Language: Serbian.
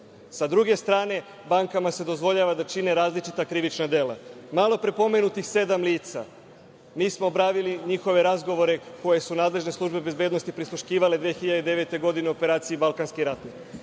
Sa druge strane, bankama se dozvoljava da čine različita krivična dela. Malopre pomenutih sedam lica, njihove razgovore su nadležne službe bezbednosti prisluškivale 2009. godine u operaciji „Balkanski ratnik“